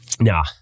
Nah